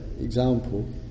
example